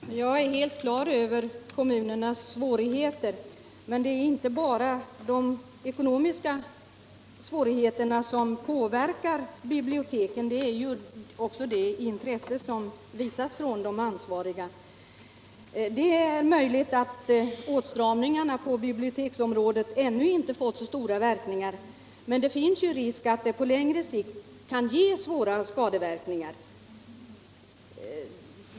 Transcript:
Herr talman! Jag är helt på det klara med kommunernas svårigheter. Men det är inte bara de ekonomiska svårigheterna som påverkar bibliotekens situation. Det är också de intressen som visas från de ansvariga. Det är möjligt att åtstramningarna på biblioteksområdet ännu inte fått så stora verkningar. Men det finns risk att de på längre sikt kan åstadkomma svåra skador.